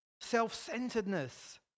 self-centeredness